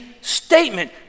statement